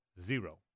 Zero